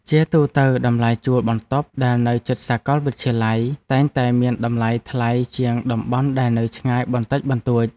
ជាទូទៅ តម្លៃជួលបន្ទប់ដែលនៅជិតសាកលវិទ្យាល័យតែងតែមានតម្លៃថ្លៃជាងតំបន់ដែលនៅឆ្ងាយបន្តិចបន្តួច។